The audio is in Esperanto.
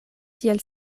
tiel